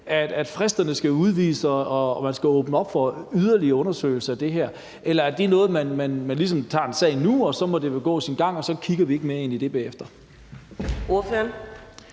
at fristerne skal udvides og man skal åbne op for yderligere undersøgelser af det? Eller er det noget, man ligesom tager i en sag nu, og så må det gå sin gang, og så kigger man ikke mere ind i det bagefter? Kl.